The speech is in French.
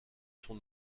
son